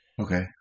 Okay